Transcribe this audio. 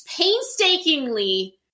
painstakingly